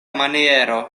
maniero